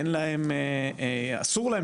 אין להם, אסור להם